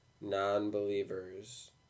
non-believers